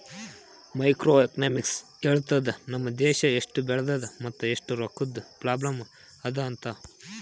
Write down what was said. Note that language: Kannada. ಮ್ಯಾಕ್ರೋ ಎಕನಾಮಿಕ್ಸ್ ಹೇಳ್ತುದ್ ನಮ್ ದೇಶಾ ಎಸ್ಟ್ ಬೆಳದದ ಮತ್ ಎಸ್ಟ್ ರೊಕ್ಕಾದು ಪ್ರಾಬ್ಲಂ ಅದಾ ಅಂತ್